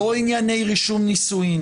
לא ענייני רישום נישואין